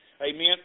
Amen